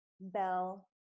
bell